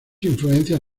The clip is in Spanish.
influencias